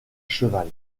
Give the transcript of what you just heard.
cheval